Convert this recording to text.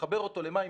לחבר אותו למים,